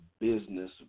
business